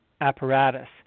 apparatus